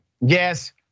yes